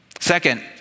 Second